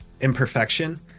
imperfection